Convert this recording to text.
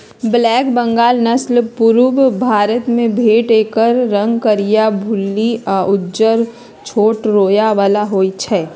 black Bengal नसल पुरुब भारतमे भेटत एकर रंग करीया, भुल्ली आ उज्जर छोट रोआ बला होइ छइ